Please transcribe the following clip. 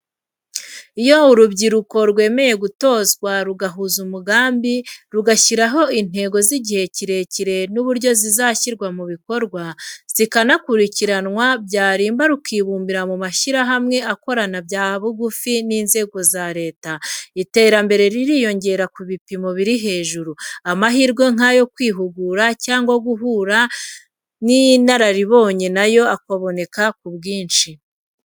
Iyo urubyiruko rwemeye gutozwa, rugahuza umugambi, rugashyiraho intego z'igihe kirekire n'uburyo zizashyirwa mu bikorwa, zikanakurikiranwa, byarimba rukibumbira mu mashyirahamwe akorana bya bugufi n'inzego za leta, iterambere ririyongera ku bipimo biri hejuru, amahirwe nk'ayo kwihugura cyangwa guhura n'inararibonye na yo akaboneka ku bwinshi.